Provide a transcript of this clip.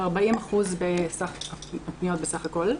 ו-40% גידול בפניות בסך הכול.